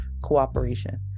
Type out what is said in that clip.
cooperation